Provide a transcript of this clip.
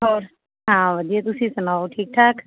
ਹੋਰ ਹਾਂ ਵਧੀਆ ਤੁਸੀਂ ਸਣਾਓ ਠੀਕ ਠਾਕ